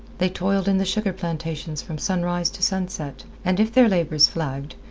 they toiled in the sugar plantations from sunrise to sunset, and if their labours flagged,